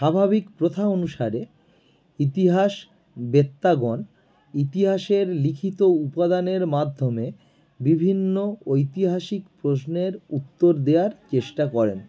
স্বাভাবিক প্রথা অনুসারে ইতিহাস ইতিহাসের লিখিত উপাদানের মাধ্যমে বিভিন্ন ঐতিহাসিক প্রশ্নের উত্তর দেওয়ার চেষ্টা করেন